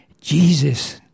Jesus